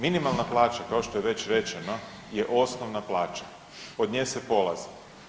Minimalna plaća kao što je već rečeno je osnovna plaća, od nje se polazi.